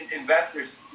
investors